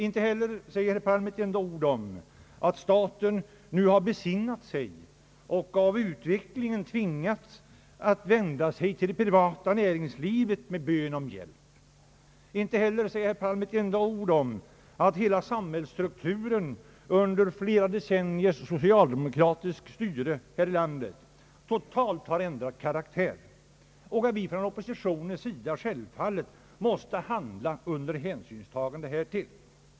Inte heller säger herr Palm ett enda ord om att staten nu har besinnat sig och av utvecklingen tvingats att vända sig till det privata näringslivet med bön om hjälp. Inte heller säger herr Palm ett enda ord om att hela samhällsstrukturen under flera decenniers socialdemokratiskt styre här i landet totalt har ändrat karaktär. Självfallet måste vi inom oppositionen handla under hänsynstagande härtill.